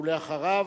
ואחריו,